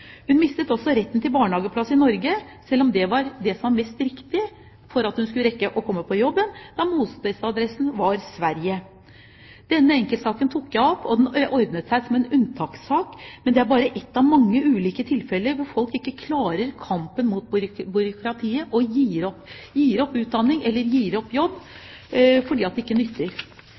Hun mistet også retten til barnehageplass i Norge selv om det var det som var mest riktig for at hun skulle rekke å komme seg på jobb, da bostedsadressen var Sverige. Denne enkeltsaken tok jeg opp, og den ordnet seg som en unntakssak. Men det er bare ett av mange ulike tilfeller hvor folk ikke klarer kampen mot byråkratiet og gir opp – gir opp utdanning eller gir opp jobb, fordi det ikke nytter.